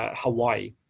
ah hawaii.